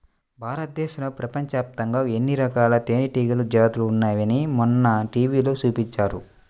భారతదేశంలో, ప్రపంచవ్యాప్తంగా ఎన్నో రకాల తేనెటీగల జాతులు ఉన్నాయని మొన్న టీవీలో చూపించారు